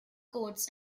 courts